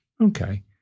Okay